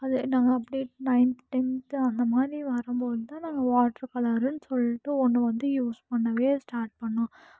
அது நாங்கள் அப்படியே நைன்த் டென்த்து அந்தமாதிரி வரும் போது தான் வாட்டர் கலருன்னு சொல்லிட்டு ஒன்று வந்து யூஸ் பண்ணவே ஸ்டார்ட் பண்ணோம்